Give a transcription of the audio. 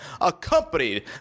accompanied